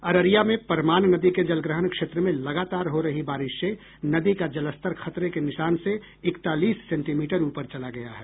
अररिया में परमान नदी के जलग्रहण क्षेत्र में लगातार हो रही बारिश से नदी का जलस्तर खतरे के निशान से इकतालीस सेंटीमीटर ऊपर चला गया है